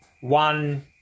One